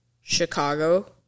Chicago